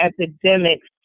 epidemics